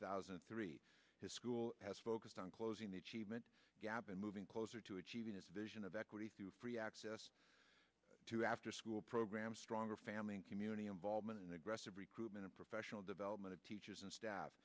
thousand and three his school has focused on closing the achievement gap and moving closer to achieving his vision of equity through free access to afterschool programs stronger family and community involvement in aggressive recruitment of professional development of teachers and staff